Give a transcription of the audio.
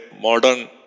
modern